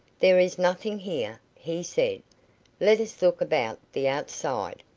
there is nothing here, he said let us look about the outside.